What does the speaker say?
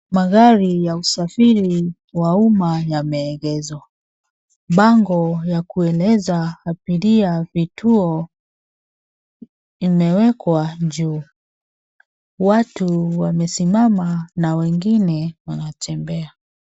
Magari ya usagiri wa uma yameegezwa, bango ya kueleza aburia vituo imewekwa juu, watu wamesimama na wengine wanatembea.